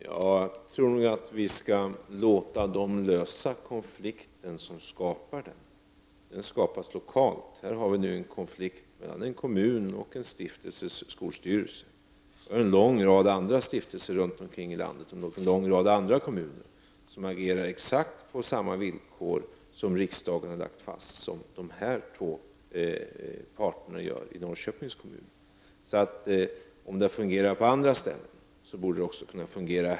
Herr talman! Jag tror att vi skall låta dem som skapar konflikten lösa den. Här råder nu en konflikt mellan en kommun och en stiftelses skolstyrelse. Det finns en lång rad andra stiftelser och en lång rad andra kommuner i landet som agerar på exakt samma villkor — som riksdagen har lagt fast — som de här två parterna i Norrköpings kommun gör. Om det fungerar på andra ställen borde det också kunna fungera här.